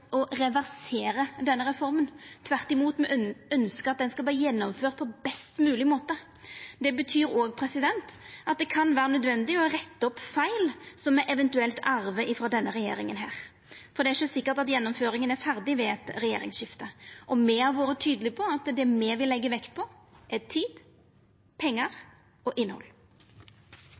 denne reforma. Tvert imot, me ønskjer at ho skal verta gjennomført på best mogleg måte. Det betyr òg at det kan vera nødvendig å retta opp feil som me eventuelt arvar frå denne regjeringa, for det er ikkje sikkert at gjennomføringa er ferdig ved eit regjeringsskifte. Me har vore tydelege på at det me vil leggja vekt på, er tid, pengar og innhald.